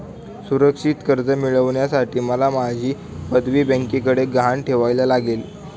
सुरक्षित कर्ज मिळवण्यासाठी मला माझी पदवी बँकेकडे गहाण ठेवायला लागेल